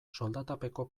soldatapeko